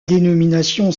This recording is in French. dénomination